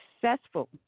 successful